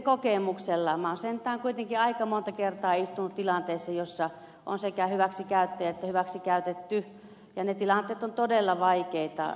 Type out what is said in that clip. minä olen sentään kuitenkin aika monta kertaa istunut tilanteissa joissa on sekä hyväksikäyttäjä että hyväksikäytetty ja ne tilanteet ovat todella vaikeita